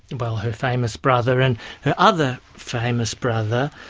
and well, her famous brother and her other famous brother,